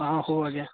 ହଁ ହଉ ଆଜ୍ଞା